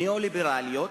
ניאו-ליברליות,